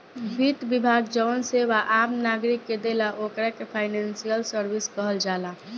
वित्त विभाग जवन सेवा आम नागरिक के देला ओकरा के फाइनेंशियल सर्विस कहल जाला